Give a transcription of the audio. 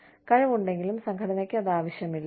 കഴിവ് ഉണ്ടെങ്കിലും സംഘടനയ്ക്ക് അത് ആവശ്യമില്ല